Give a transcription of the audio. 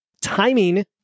timing